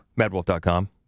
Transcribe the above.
MadWolf.com